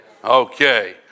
Okay